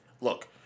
look